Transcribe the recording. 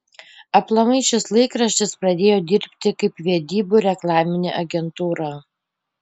aplamai šis laikraštis pradėjo dirbti kaip vedybų reklaminė agentūra